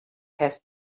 have